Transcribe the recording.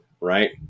right